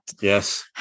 Yes